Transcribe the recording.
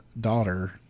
daughter